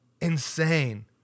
Insane